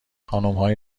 خانمهای